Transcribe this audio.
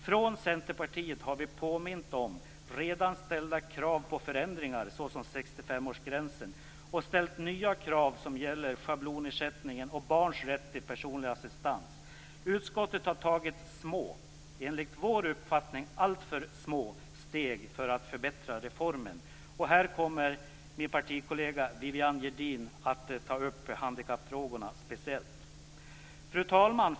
Från Centerpartiet har vi påmint om redan ställda krav på förändringar, såsom 65-årsgränsen, och ställt nya krav som gäller schablonersättningen och barns rätt till personlig assistans. Utskottet har tagit små, enligt vår uppfattning alltför små, steg för att förbättra reformen. Min partikollega Viviann Gerdin kommer speciellt att ta upp handikappfrågorna. Fru talman!